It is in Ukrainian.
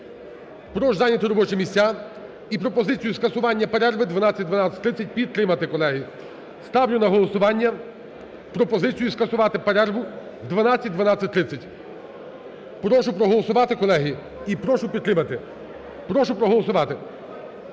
Прошу зайняти робочі місця і пропозицію скасування перерви 12.00-12.30 підтримати, колеги. Ставлю на голосування пропозицію скасувати перерву 12:00-12:30. Прошу проголосувати, колеги. І прошу підтримати. Прошу проголосувати.